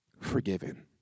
forgiven